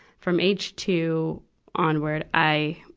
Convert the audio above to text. from age two onward, i,